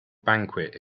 banquet